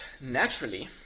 naturally